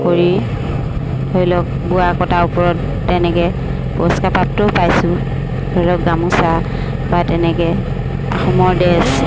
কৰি ধৰি লওক বোৱা কটাৰ ওপৰত তেনেকে পুৰষ্কাৰ প্ৰাপ্তও পাইছোঁ ধৰি লওক গামোচা বা তেনেকে আহোমৰ ড্ৰেছ